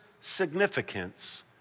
significance